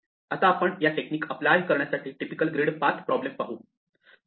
आता आपण या टेक्निक अप्प्ल्याय करण्यासाठी टिपिकल ग्रीड पाथ प्रॉब्लेम पाहू